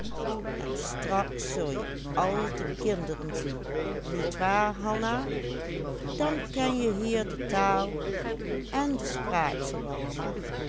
je hier de taal en de spraak zoo